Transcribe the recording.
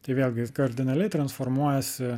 tai vėlgi kardinaliai transformuojasi